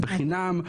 בחינם,